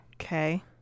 Okay